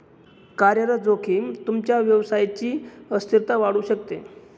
कार्यरत जोखीम तुमच्या व्यवसायची अस्थिरता वाढवू शकते